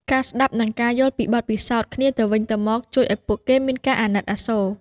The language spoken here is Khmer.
ការស្តាប់និងការយល់ពីបទពិសោធន៍គ្នាទៅវិញទៅមកជួយឱ្យពួកគេមានការអាណិតអាសូរ។